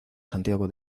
santiago